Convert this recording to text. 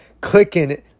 clicking